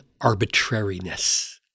arbitrariness